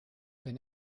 wenn